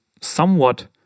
somewhat